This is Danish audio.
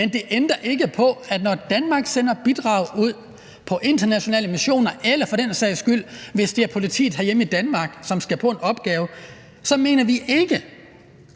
men det ændrer ikke på, at når Danmark sender bidrag ud på internationale missioner, eller for den sags skyld når det er politiet herhjemme i Danmark, som skal på en opgave, så mener vi ikke